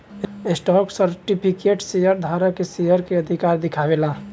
stock certificate share धारक के share के अधिकार दिखावे ला